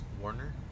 Warner